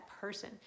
person